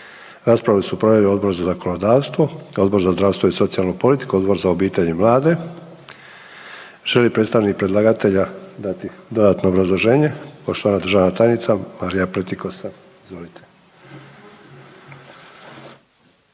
Raspravu su proveli Odbor za zakonodavstvo, Odbor za zdravstvo i socijalnu politiku i Odbor za obitelj i mlade. Želi li predstavnik predlagatelja dati dodatno obrazloženje? Poštovana državna tajnica Marija Pletikosa, izvolite.